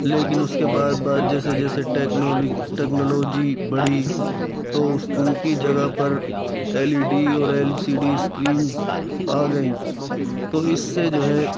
لیکن اُس کے بعد بعد جیسے جیسے ٹیکنالوجی ٹیکنالوجی بڑھی تو اس اُن کی جگہ پر ایل ای ڈی اور ایل سی ڈی اسکرینز آ گئیں تو اِس سے جو ہے